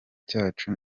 cyacu